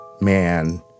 man